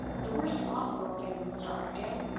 the worst possible opinion, mr. armadale,